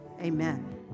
amen